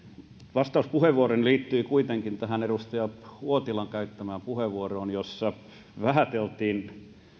vastauspuheenvuoroni liittyy kuitenkin tähän edustaja uotilan käyttämään puheenvuoroon jossa vähäteltiin